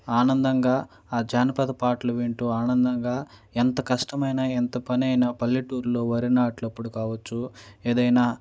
ఆనందంగా ఆ జానపద పాటలు వింటు ఆనందంగా ఎంత కష్టమైనా ఎంత పని అయినా పల్లెటూర్లో వరినాట్లు అప్పుడు కావచ్చు ఏదైనా